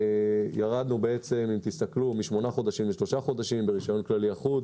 ירדנו מ-8 חודשים ל-3 חודשים במתן רישיון כללי אחוד,